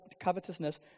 covetousness